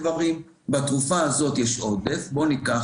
התרופות - בתרופה הזאת יש עודף אז בואו ניקח,